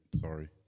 sorry